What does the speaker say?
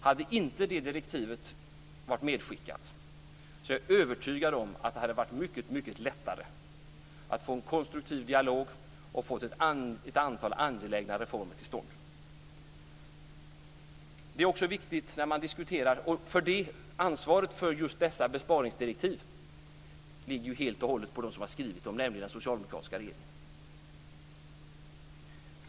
Hade inte det direktivet varit medskickat är jag övertygad om att det hade varit mycket lättare att få en konstruktiv dialog och ett antal angelägna reformer till stånd. Ansvaret för just dessa besparingsdirektiv ligger helt och hållet på den som har skrivit dem, nämligen den socialdemokratiska regeringen.